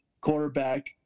quarterback